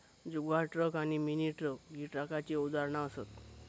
जुगाड truck आणि mini truck ही ट्रकाची उदाहरणा असत